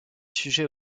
sujet